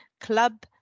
club